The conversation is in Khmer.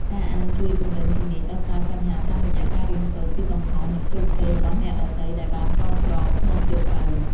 ការអានជួយពង្រឹងជំនាញដោះស្រាយបញ្ហា តាមរយៈការរៀនសូត្រពីកំហុស និងជោគជ័យរបស់អ្នកដទៃដែលបានចងក្រងក្នុងសៀវភៅ។